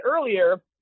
earlier